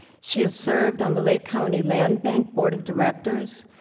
she has served on the lake county land bank board of directors,